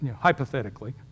hypothetically